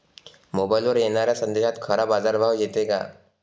मोबाईलवर येनाऱ्या संदेशात खरा बाजारभाव येते का?